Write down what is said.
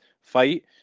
fight